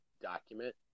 document